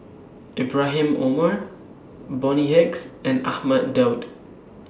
Ibrahim Omar Bonny Hicks and Ahmad Daud